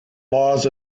laws